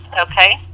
okay